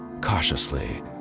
Cautiously